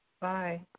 Bye